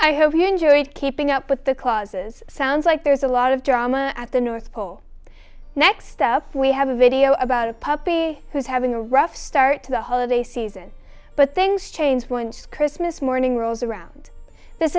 i hope you enjoyed keeping up with the clauses sounds like there's a lot of drama at the north pole next up we have a video about a puppy who's having a rough start to the holiday season but things change once christmas morning rolls around this